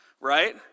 right